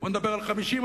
בוא נדבר על 50%,